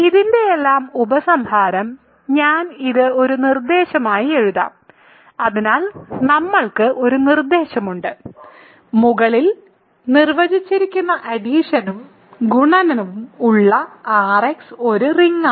ഇതിന്റെയെല്ലാം ഉപസംഹാരം ഞാൻ ഇത് ഒരു നിർദ്ദേശമായി എഴുതാം അതിനാൽ നമ്മൾക്ക് ഒരു നിർദ്ദേശമുണ്ട് മുകളിൽ നിർവചിച്ചിരിക്കുന്ന അഡിഷനും ഗുണനവും ഉള്ള Rx ഒരു റിംഗ് ആണ്